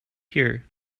here